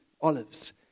olives